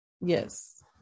yes